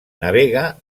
navega